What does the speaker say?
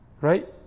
Right